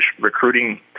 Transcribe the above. recruiting